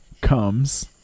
comes